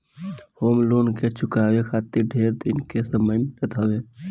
home loan के चुकावे खातिर ढेर दिन के समय मिलत हवे